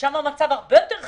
ששם המצב הרבה יותר חמור,